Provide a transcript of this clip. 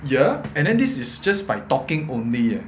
ya and then this is just by talking only eh